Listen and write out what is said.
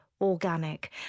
organic